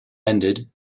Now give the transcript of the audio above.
ended